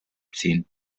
ziehen